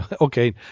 Okay